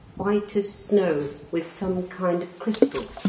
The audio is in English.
white as snow, with some kind of crystal.